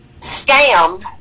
scam